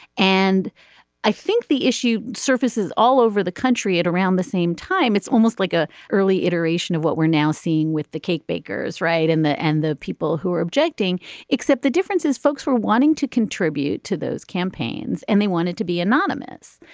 and i think the issue surfaces all over the country at around the same time it's almost like a early iteration of what we're now seeing with the cake bakers right and in there and the people who are objecting except the differences folks were wanting to contribute to those campaigns and they wanted to be anonymous.